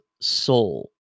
soul